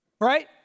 Right